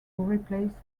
replace